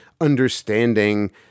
understanding